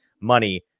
money